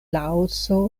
laoso